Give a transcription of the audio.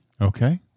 Okay